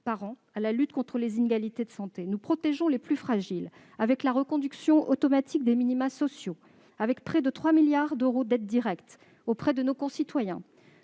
par an à la lutte contre les inégalités de santé. Nous protégeons les plus fragiles, avec la reconduction automatique des minima sociaux et près de 3 milliards d'euros d'aides directes à nos concitoyens.